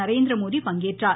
நரேந்திரமோடி பங்கேற்றார்